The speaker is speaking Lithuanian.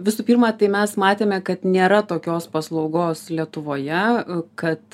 visų pirma tai mes matėme kad nėra tokios paslaugos lietuvoje kad